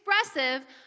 expressive